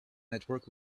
network